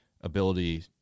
ability